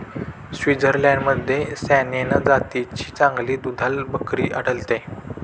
स्वित्झर्लंडमध्ये सॅनेन जातीची चांगली दुधाळ बकरी आढळते